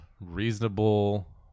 reasonable